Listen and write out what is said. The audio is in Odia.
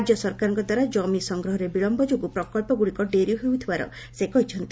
ରାଜ୍ୟ ସରକାରଙ୍କ ଦ୍ୱାରା ଜମି ସଂଗ୍ରହରେ ବିଳମ୍ୟ ଯୋଗୁଁ ପ୍ରକ୍ସଗୁଡ଼ିକ ଡେରି ହେଉଥିବାର ସେ କହିଛନ୍ତି